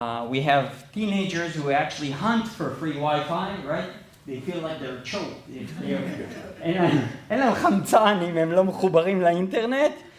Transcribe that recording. We have teenagers who actually hunt for free Wi-Fi, right? They feel like they're choked. אין להם חמצן אם הם לא מחוברים לאינטרנט.